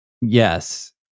Yes